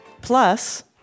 Plus